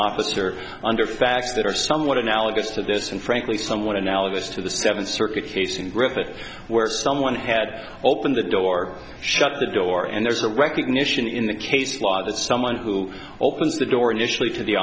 officer under facts that are somewhat analogous to this and frankly somewhat analogous to the seventh circuit case in griffith where someone had opened the door shut the door and there's a recognition in the case law that someone who opens the door initially to the